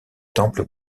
temples